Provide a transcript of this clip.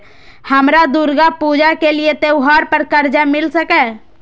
हमरा दुर्गा पूजा के लिए त्योहार पर कर्जा मिल सकय?